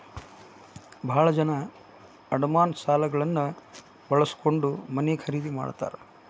ಭಾಳ ಜನ ಅಡಮಾನ ಸಾಲಗಳನ್ನ ಬಳಸ್ಕೊಂಡ್ ಮನೆ ಖರೇದಿ ಮಾಡ್ತಾರಾ